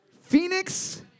Phoenix